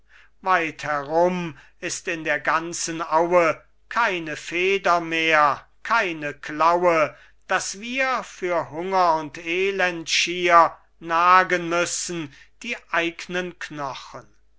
weit herum ist in der ganzen aue keine feder mehr keine klaue daß wir für hunger und elend schier nagen müssen die eignen knochen